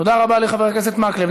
תודה רבה לחבר הכנסת מקלב.